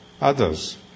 others